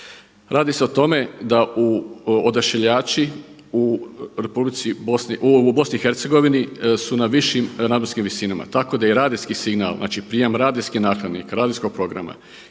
Radi se o tome da odašiljači u BiH su na višim nadmorskim visinama tako da i radijski signal, znači prijem radijske …, radijskog programa